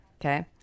okay